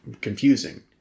Confusing